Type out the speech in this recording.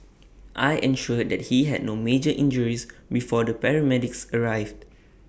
I ensured that he had no major injuries before the paramedics arrived